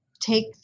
take